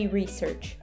research